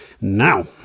now